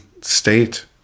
state